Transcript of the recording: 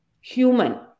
human